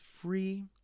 free